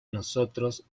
nosotros